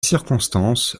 circonstances